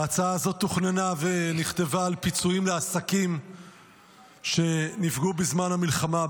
ההצעה הזאת תוכננה ונכתבה על פיצויים לעסקים שנפגעו בזמן המלחמה.